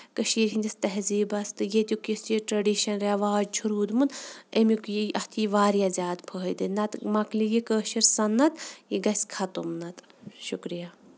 کٔشیٖر ہِندِس تہزیٖبَس تہٕ ییٚتُک یُس یہِ ٹریڈِشن یُس یہِ ریواج چھُ روٗدمُت اَمیُک یہِ اَتھ یہِ واریاہ زیادٕ نہ تہٕ مۄکلی یہِ کٲشِر سَنتھ یہِ گژھِ خَتم نہ تہٕ شُکرِیا